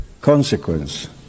consequence